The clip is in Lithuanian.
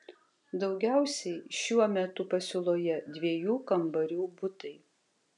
daugiausiai šiuo metu pasiūloje dviejų kambarių butai